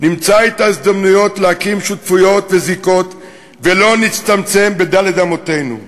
שנמצא את ההזדמנויות להקים שותפויות וזיקות ולא נצטמצם בד' אמותינו.